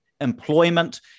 employment